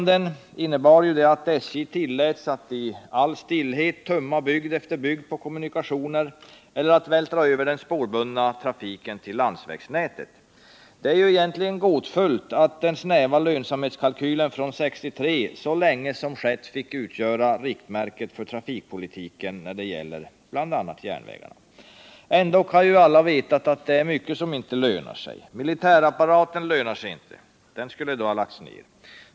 Den innebar att SJ i årtionden tilläts att i all stillhet tömma bygd efter bygd på kommunikationer eller att vältra över den spårbundna trafiken på landsvägsnätet. Det är egentligen gåtfullt att den snäva lönsamhetskalkylen från 1963 så länge fått utgöra riktmärket för trafikpolitiken när det gällt järnvägarna. Ändå vet alla att det är mycket som inte lönar sig. Militärapparaten lönar sig inte. Den skulle då ha lagts ner.